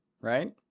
right